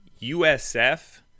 USF